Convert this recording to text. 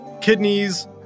kidneys